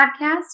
Podcast